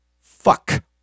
Fuck